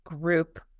group